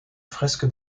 fresque